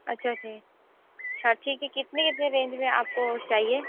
अच्छा जी साची की कितनी कितनी रेंज में आपको चाहिए